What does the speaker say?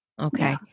Okay